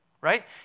right